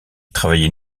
travaillait